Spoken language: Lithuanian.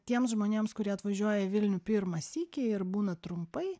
tiems žmonėms kurie atvažiuoja į vilnių pirmą sykį ir būna trumpai